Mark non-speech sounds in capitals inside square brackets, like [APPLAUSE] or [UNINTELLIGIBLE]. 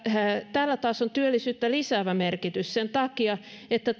tällä taas on työllisyyttä lisäävä merkitys sen takia että [UNINTELLIGIBLE]